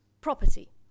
property